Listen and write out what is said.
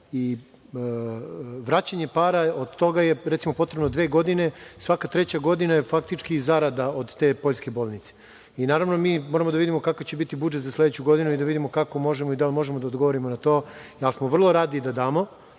za vraćanje para od toga je potrebno dve godine. Svaka treća godina je faktički zarada od te poljske bolnice. Prvo moramo da vidimo kakav će biti budžet za sledeću godinu i da vidimo kako možemo i da li možemo da odgovorimo na to. Mi smo vrlo radi da damo,